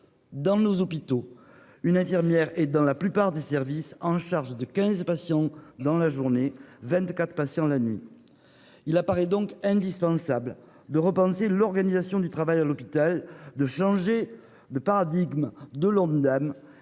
dans nos hôpitaux, une infirmière est, dans la plupart des services, chargée de quinze patients en journée et de vingt-quatre la nuit ! Il paraît donc indispensable de repenser l'organisation du travail à l'hôpital, de changer le paradigme de l'Ondam